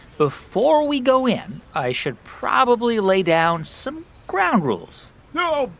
before we go in, i should probably lay down some ground rules oh,